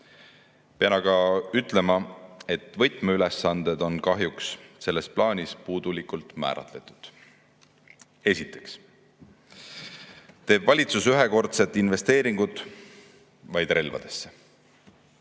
aga ütlema, et võtmeülesanded on kahjuks selles plaanis puudulikult määratletud. Esiteks teeb valitsus ühekordsed investeeringud vaid relvadesse.